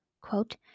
quote